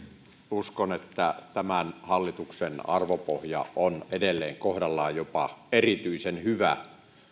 uskon että tämän hallituksen arvopohja on edelleen kohdallaan ja jopa erityisen hyvä